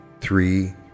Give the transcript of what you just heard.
three